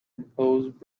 composed